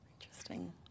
Interesting